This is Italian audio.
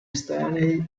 estranei